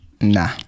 Nah